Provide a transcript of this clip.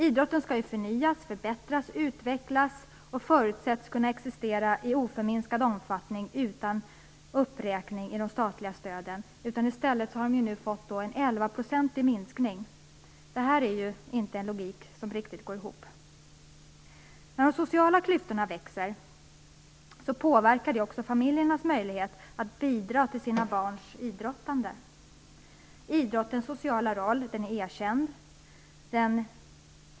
Idrotten skall ju förnyas, förbättras, utvecklas och förutsätts kunna existera i oförminskad omfattning utan uppräkning av de statliga stöden. I stället har den fått en minskning på 11 %. Det är ju en logik som inte riktigt går ihop. När de sociala klyftorna växer påverkar det också familjernas möjligheter att bidra till sina barns idrottande. Idrottens sociala roll är erkänd.